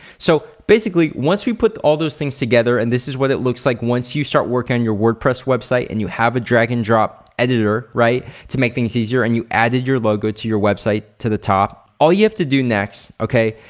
so, basically once we put all those things together and this is what it looks like once you start working on your wordpress website and you have the drag and drop editor, right? to make things easier and you added your logo to your website to the top, all you have to do next, okay?